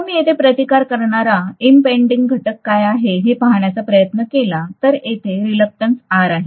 आता मी येथे प्रतिकार करणारा इंपेंडिंग घटक काय आहे हे पाहण्याचा प्रयत्न केला तर ते येथे रीलक्टंस आहे